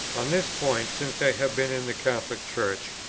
on this point, since i have been in the catholic church,